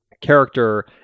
character